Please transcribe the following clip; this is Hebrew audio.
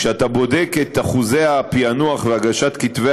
כשאתה בודק את אחוזי הפענוח והגשת כתבי